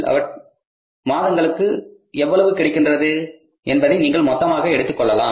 மூன்று மாதங்களுக்கு எவ்வளவு கிடைக்கின்றது என்பதை நீங்கள் மொத்தமாக எடுத்துக் கொள்ளலாம்